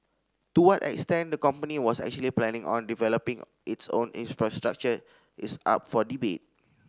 to what extent the company was actually planning on developing its own infrastructure is up for debate